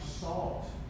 salt